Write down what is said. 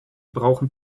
brauchen